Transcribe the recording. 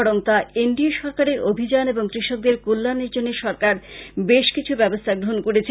বরং তা N D A সরকারের অভিযান ও কৃষকদের কল্যানের জন্য সরকার বেশকিছু ব্যবস্থা গ্রহন করেছে